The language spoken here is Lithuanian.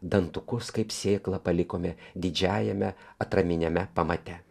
dantukus kaip sėklą palikome didžiajame atraminiame pamate